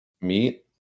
meet